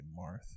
Marth